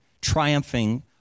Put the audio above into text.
triumphing